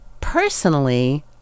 personally